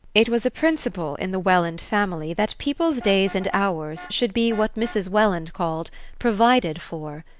it was a principle in the welland family that people's days and hours should be what mrs. welland called provided for.